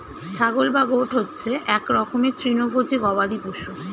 ছাগল বা গোট হচ্ছে এক রকমের তৃণভোজী গবাদি পশু